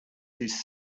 his